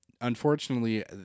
Unfortunately